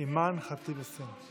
אימאן ח'טיב יאסין.